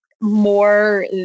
more